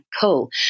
Cool